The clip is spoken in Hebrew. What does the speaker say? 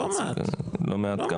לא מעט, לא מעט.